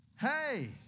Hey